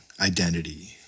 identity